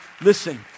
listen